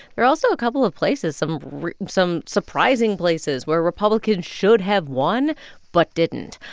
there are also a couple of places, some some surprising places, where republicans should have won but didn't.